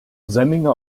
senninger